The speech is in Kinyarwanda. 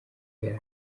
yari